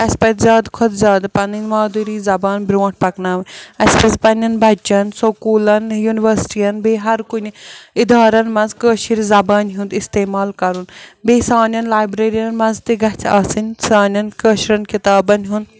اَسہِ پَزِ زیادٕ کھۄتہٕ زیادٕ پَنٕنۍ مادوٗری زبان برٛونٛٹھ پَکناوٕن اَسہِ پَزِ پنٛنٮ۪ن بَچَن سُکوٗلَن یوٗنِیوَرسِٹیَن بیٚیہِ ہر کُنہِ اِدارَن منٛز کٲشِر زبانہِ ہُنٛد استعمال کَرُن بیٚیہِ سانٮ۪ن لایبرٔرِیَن منٛز تہِ گژھِ آسٕنۍ سانٮ۪ن کٲشِرٮ۪ن کِتابَن ہُنٛد